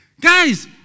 Guys